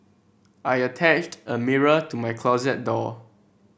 I attached a mirror to my closet door